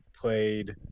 played